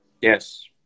Yes